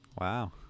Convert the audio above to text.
Wow